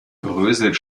bröselt